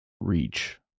Reach